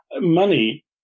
money